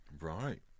Right